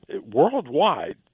worldwide